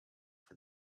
for